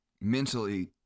Mentally